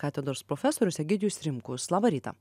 katedros profesorius egidijus rimkus labą rytą